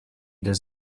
does